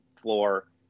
floor